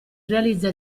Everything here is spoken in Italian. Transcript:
realizza